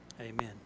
amen